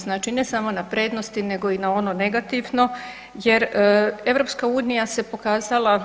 Znači ne samo na prednosti nego i na ono negativno jer EU se pokazala